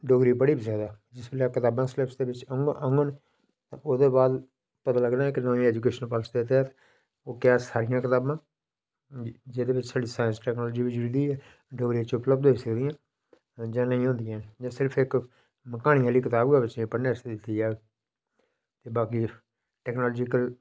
डोगरी पढ़ी बी सकदा जिस बेल्लै कताबां सलेबस दे बिच औङन ते ओह्दे बाच पता नमीं एजुकेशन पालसी दे तैहत ओह् क्या सारियां कताबां जेह्दे बिच साढ़ी साइंस टेकनालजी जेह्ड़ी ऐ डोगरी बिच उपलब्ध होई सकदियां जां नेई होंदियां हैन जां सिर्फ इक क्हानी आहली कताब गै होऐ कुसे गी पढ़ने आस्तै दित्ती जाह्ग ते बाकी टेकनालजी